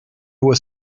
was